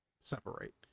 separate